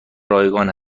رایگان